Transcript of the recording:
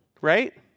Right